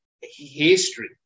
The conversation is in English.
history